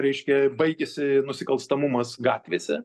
reiškia baigėsi nusikalstamumas gatvėse